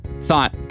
thought